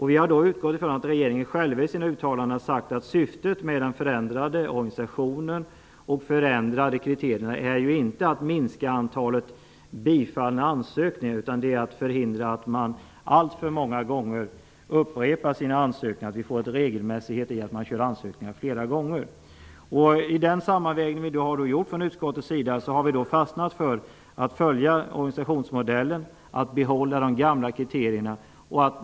Vi har utgått ifrån att regeringen själv har sagt att syftet med den förändrade organisationen och de förändrade kriterierna inte är att minska antalet ansökningar som bifalls utan att förhindra att man alltför många gånger upprepar sina ansökningar, att det blir en regel att man ansöker flera gånger. Utskottet har gjort en sammanvägning. Vi har valt att följa organisationsmodellen och behålla de gamla kriterierna.